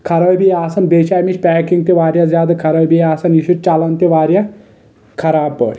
خرٲبی آسان بییٚہِ چھِ امیچ پیکنگ تہِ واریاہ زیادٕ خرٲبی آسان یہِ چھُ چلان تہِ واریاہ خراب پٲٹھۍ